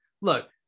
look